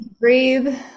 breathe